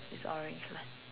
it's orange lah